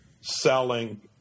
selling